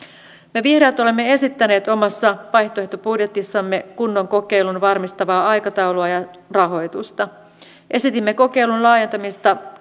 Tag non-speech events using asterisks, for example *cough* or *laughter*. me vihreät olemme esittäneet omassa vaihtoehtobudjetissamme kunnon kokeilun varmistavaa aikataulua ja rahoitusta esitimme kokeilun laajentamista *unintelligible*